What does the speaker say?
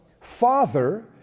Father